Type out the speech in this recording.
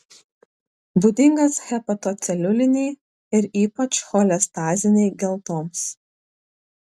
būdingas hepatoceliulinei ir ypač cholestazinei geltoms